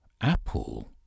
Apple